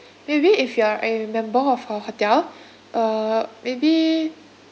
maybe if you are a member of our hotel uh maybe